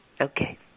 Okay